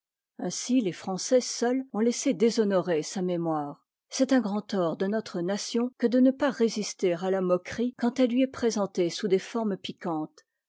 ainsi les français seuls ont laissé déshonorer sa mémoire c'est un grand tort de notre nation que de ne pas résister à la moquerie quand elle lui est présentée sous des formes piquantes